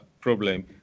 problem